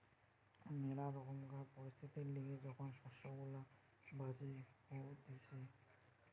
ম্যালা রকমকার পরিস্থিতির লিগে যখন শস্য গুলা বাজে হতিছে